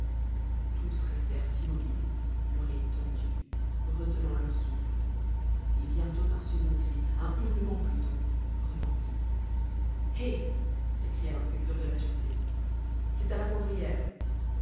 tous restèrent immobiles l'oreille tendue retenant leur souffle et bientôt un second cri un hurlement plutôt retentit eh s'écria l'inspecteur de la sûreté c'est à la poivrière